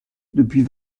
depuis